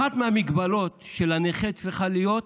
אחת מהמגבלות של הנכה צריכה להיות